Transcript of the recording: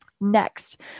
Next